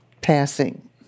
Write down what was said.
passing